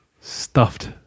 stuffed